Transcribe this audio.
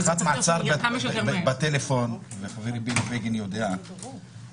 הארכת מעצר בטלפון - חבר הכנסת בגין יודע שבוועדה